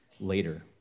later